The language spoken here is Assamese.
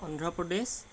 অন্ধ্ৰপ্ৰদেশ